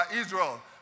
Israel